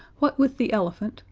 what with the elephant,